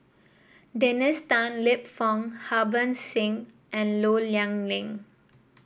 Dennis Tan Lip Fong Harbans Singh and Low Yen Ling